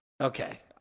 Okay